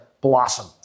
blossom